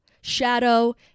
shadow